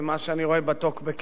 וממה שאני רואה בטוקבקים.